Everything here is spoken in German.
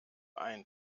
ein